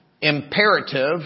Imperative